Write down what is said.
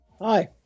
Hi